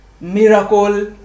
miracle